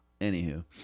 Anywho